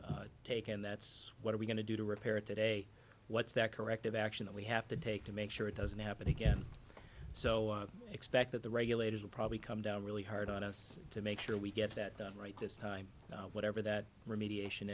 are take and that's what are we going to do to repair it today what's that corrective action that we have to take to make sure it doesn't happen again so expect that the regulators will probably come down really hard on us to make sure we get that done right this time whatever that remediation